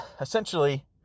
essentially